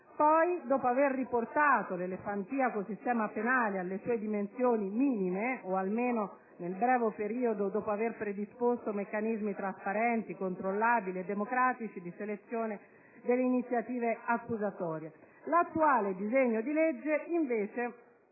necessario riportare l'elefantiaco sistema penale alle sue dimensioni minime, o almeno - nel breve periodo - predisporre meccanismi trasparenti, controllabili e democratici di selezione delle iniziative accusatorie. L'attuale disegno di legge, invece,